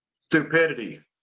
stupidity